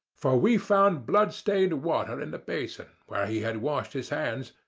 for we found blood-stained water in the basin, where he had washed his hands,